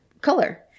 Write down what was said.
color